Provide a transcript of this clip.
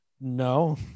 no